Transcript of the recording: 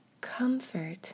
comfort